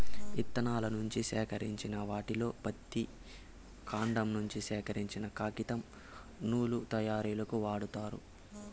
ఇత్తనాల నుంచి సేకరించిన వాటిలో పత్తి, కాండం నుంచి సేకరించినవి కాగితం, నూలు తయారీకు వాడతారు